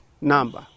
number